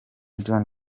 john